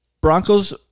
Broncos